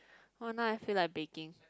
oh now I feel like baking